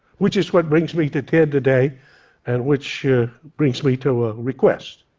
which is what brings me to ted today and which brings me to a request.